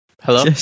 Hello